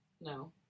no